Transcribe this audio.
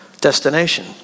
destination